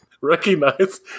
recognize